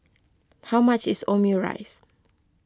how much is Omurice